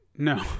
No